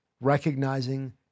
recognizing